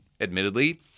admittedly